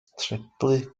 treblu